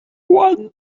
one